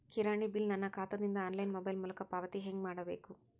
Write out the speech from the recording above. ಕಿರಾಣಿ ಬಿಲ್ ನನ್ನ ಖಾತಾ ದಿಂದ ಆನ್ಲೈನ್ ಮೊಬೈಲ್ ಮೊಲಕ ಪಾವತಿ ಹೆಂಗ್ ಮಾಡಬೇಕು?